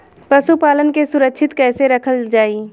पशुपालन के सुरक्षित कैसे रखल जाई?